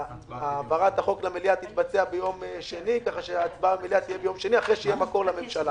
שהעברת החוק למליאה תתבצע ביום שני אחרי שהממשלה תאשר מקור תקציבי.